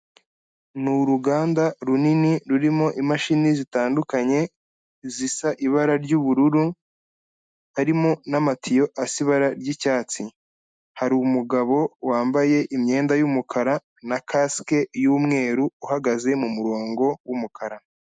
Ni uruganda runini rurimo imashini zitandukanye zisa ibara ry'ubururu harimo n'amatiyo asa ibara ry'cyatsi. Hari umugabo wambaye imyenda y'umukara na kasike y'umweru uhagaze mu murongo w'umukara.